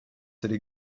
city